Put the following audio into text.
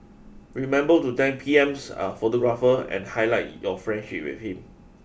remember to thank P M's photographer and highlight your friendship with him